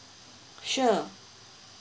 sure